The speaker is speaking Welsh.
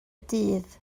dydd